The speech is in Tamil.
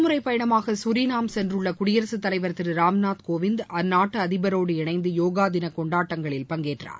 முறைப் பயணமாக சசூரிநாம் சென்றுள்ள குடியரசுத் தலைவர் திரு ராம்நாத் கோவிந்த் அந்நாட்டு அரசு அதிபரோடு இணைந்து யோகா தின கொண்டாட்டங்களில் பஙகேற்றார்